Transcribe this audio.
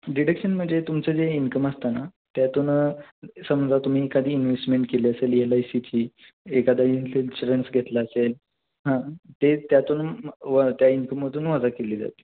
deduction म्हणजे जे तुमचं जे इन्कम असतं ना त्यातून समजा तुम्ही एखादी इन्व्हेस्टमेंट केली असेल एल आय सीची एखादा इन्शू इन्शुरन्स घेतला असेल हां ते त्यातून व त्या इन्कममधून वजा केली जाते